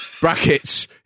Brackets